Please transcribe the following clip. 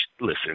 listen